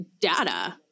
data